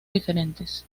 diferentes